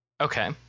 okay